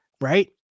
right